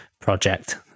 project